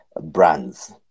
brands